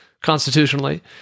constitutionally